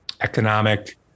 economic